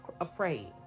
afraid